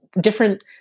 different